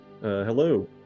Hello